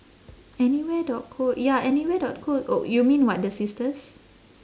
anywhere dot co ya anywhere dot co oh you mean what the sisters